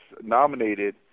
nominated